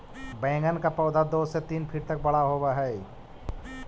बैंगन का पौधा दो से तीन फीट तक बड़ा होव हई